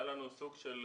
היה לנו סוג של,